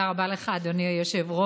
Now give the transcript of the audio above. תודה רבה לך, אדוני היושב-ראש.